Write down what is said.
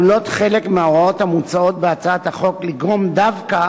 חלק מההוראות המוצעות בחוק עלולות לגרום דווקא